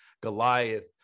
Goliath